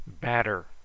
batter